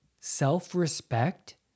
Self-respect